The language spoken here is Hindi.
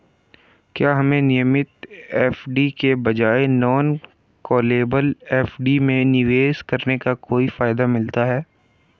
क्या हमें नियमित एफ.डी के बजाय नॉन कॉलेबल एफ.डी में निवेश करने का कोई फायदा मिलता है?